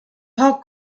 hog